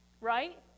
right